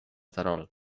terol